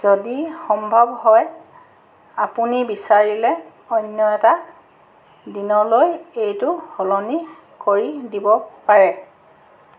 যদি সম্ভৱ হয় আপুনি বিচাৰিলে অন্য এটা দিনলৈ এইটো সলনি কৰি দিব পাৰে